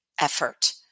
effort